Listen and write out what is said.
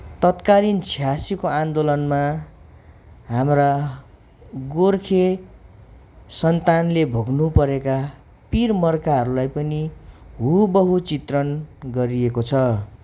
तत्कालीन छियासीको आन्दोलनमा हाम्रा गोर्खे सन्तानले भोग्नुपरेका पीर मर्काहरूलाई पनि हुबहु चित्रण गरिएको छ